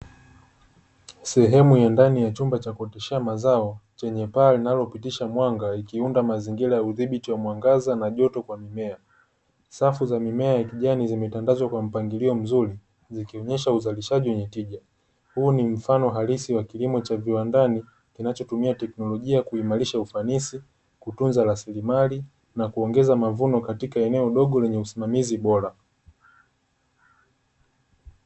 Sehemu ya ndani ya chumba cha kuoteshea mazao, chenye paa linalopitisha mwanga, ikiunda mazingira ya udhibiti wa mwangaza na joto kwa mimea. Safu za mimea ya kijani zimetandazwa kwa mpangilio mzuri, zikionyesha uzalishaji wenye tija. Huu ni mfano halisi wa kilimo cha viwandani, kinachotumia teknolojia kuimarisha ufanisi, kutunza rasilimali na kuongeza mavuno katika eneo dogo lenye usimamizi bora.